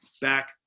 back